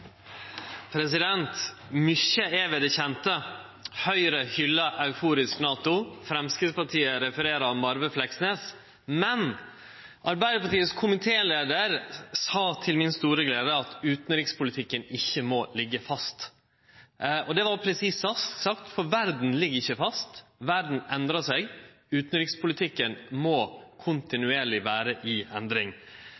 det kjende: Høgre hyllar euforisk NATO, Framstegspartiet refererer Marve Fleksnes. Men Arbeidarpartiets komitéleiar sa, til mi store glede, at utanrikspolitikken ikkje må liggje fast. Det var presist sagt, for verda ligg ikkje fast. Verda endrar seg, utanrikspolitikken må